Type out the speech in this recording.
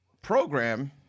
Program